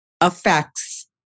affects